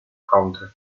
country